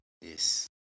yes